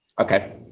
Okay